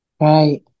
Right